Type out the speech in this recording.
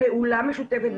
פעולה משותפת.